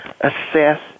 assess